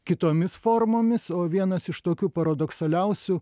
kitomis formomis o vienas iš tokių paradoksaliausių